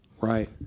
Right